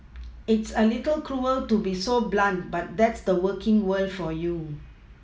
it's a little cruel to be so blunt but that's the working world for you